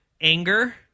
Anger